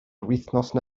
wythnosau